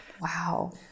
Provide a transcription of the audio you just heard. Wow